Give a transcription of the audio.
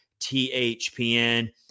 THPN